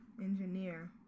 engineer